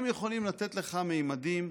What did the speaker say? הם יכולים לתת לך ממדים: